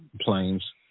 planes